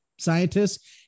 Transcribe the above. scientists